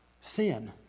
sin